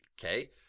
okay